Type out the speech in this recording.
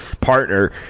partner